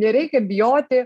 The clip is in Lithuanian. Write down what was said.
nereikia bijoti